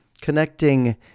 Connecting